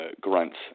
grunts